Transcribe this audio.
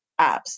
apps